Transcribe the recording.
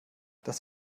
das